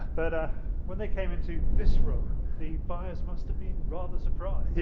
but when they came into this room the buyers must have been rather surprised. yes,